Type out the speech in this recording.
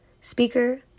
speaker